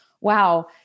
wow